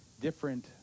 different